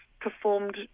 performed